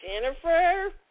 Jennifer